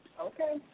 Okay